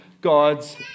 God's